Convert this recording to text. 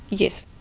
yes.